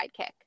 sidekick